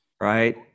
right